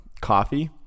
coffee